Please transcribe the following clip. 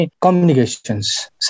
communications